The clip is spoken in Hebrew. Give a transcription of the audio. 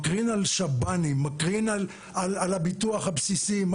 מקרין על שב"ן, מקרין על הביטוח הבסיסי.